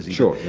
sure. yeah.